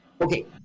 Okay